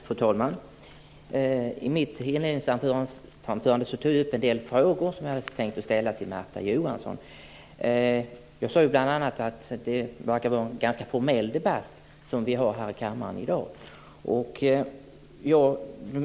Fru talman! I mitt inledningsanförande tog jag upp en del frågor som jag tänkte ställa till Märta Johansson. Jag sade bl.a. att det verkar vara en ganska formell debatt vi har här i kammaren i dag.